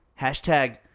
Hashtag